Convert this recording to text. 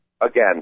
again